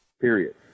period